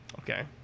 Okay